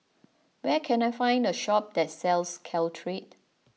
where can I find a shop that sells Caltrate